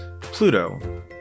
Pluto